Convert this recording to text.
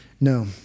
No